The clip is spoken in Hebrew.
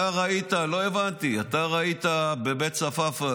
לא הבנתי, אתה ראית בבית צפאפא